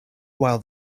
while